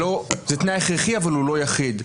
זה תנאי הכרחי אבל הוא לא יחיד.